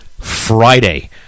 Friday